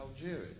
Algeria